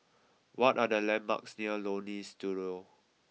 what are the landmarks near Leonie Studio